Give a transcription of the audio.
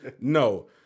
no